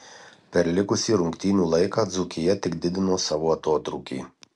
per likusį rungtynių laiką dzūkija tik didino savo atotrūkį